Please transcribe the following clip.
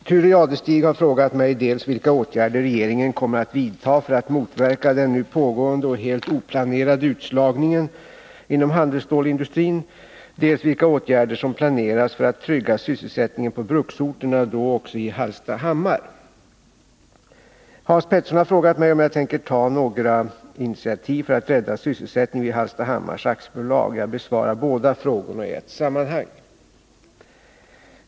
Herr talman! Thure Jadestig har frågat mig dels vilka åtgärder regeringen kommer att vidta för att motverka den nu pågående och helt oplanerade utslagningen inom handelsstålsindustrin, dels vilka åtgärder som planeras för att trygga sysselsättningen på bruksorterna och då också i Hallstahammar. Hans Petersson i Hallstahammar har frågat mig om jag tänker ta några initiativ för att rädda sysselsättningen vid Hallstahammars AB. Jag besvarar båda frågorna i ett sammanhang.